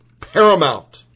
paramount